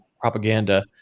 propaganda